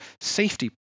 safety